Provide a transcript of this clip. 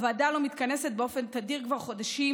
הוועדה לא מתכנסת באופן תדיר כבר חודשים